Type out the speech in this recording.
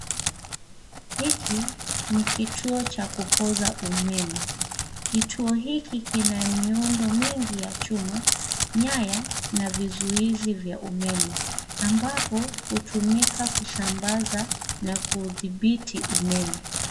Hiki ni kituo cha kupoza umeme. Kituo hiki kina miundo mingi ya chuma, nyaya na vizuizi vya umeme ambapo hutumika kusambaza na kudhibiti umeme.